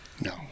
no